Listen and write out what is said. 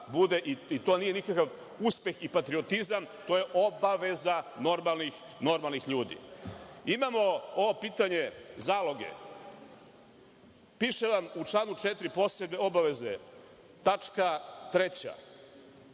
i to nije nikakav uspeh i patriotizam, to je obaveza normalnih ljudi. Imamo ovo pitanje zaloge. Piše vam u članu 4. - posebne obaveze, tačka 3.